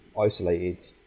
isolated